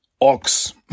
ox